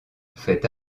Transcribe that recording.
fait